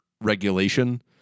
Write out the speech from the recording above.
regulation